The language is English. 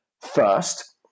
first